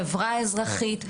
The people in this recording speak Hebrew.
חברה אזרחית,